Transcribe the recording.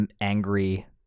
angry